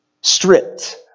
stripped